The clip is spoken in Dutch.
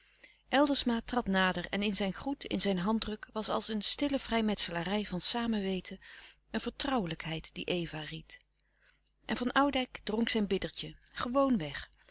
eldersma trad nader en in zijn groet in zijn handdruk was als een stille vrijmetselarij van samenweten een vertrouwelijkheid die eva ried en van oudijck dronk zijn bittertje gewoon